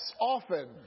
often